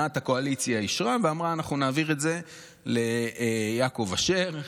הנהלת הקואליציה אישרה ואמרה: אנחנו נעביר את זה ליעקב אשר,